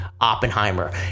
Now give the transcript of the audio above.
Oppenheimer